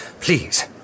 Please